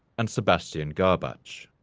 and sebastian garbacz.